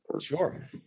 sure